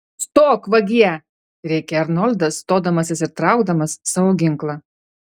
stok vagie rėkė arnoldas stodamasis ir traukdamas savo ginklą